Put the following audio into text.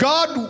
God